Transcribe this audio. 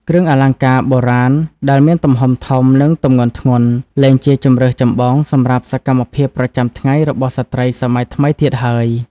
គ្រឿងអលង្ការបុរាណដែលមានទំហំធំ និងទម្ងន់ធ្ងន់ លែងជាជម្រើសចម្បងសម្រាប់សកម្មភាពប្រចាំថ្ងៃរបស់ស្ត្រីសម័យថ្មីទៀតហើយ។